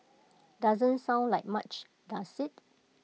doesn't sound like much does IT